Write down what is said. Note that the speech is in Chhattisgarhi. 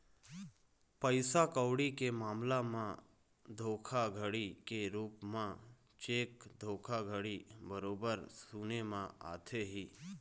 पइसा कउड़ी के मामला म धोखाघड़ी के रुप म चेक धोखाघड़ी बरोबर सुने म आथे ही